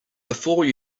before